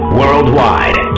worldwide